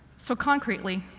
so concretely,